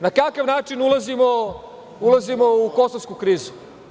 Na kakav način ulazimo u kosovsku krizu?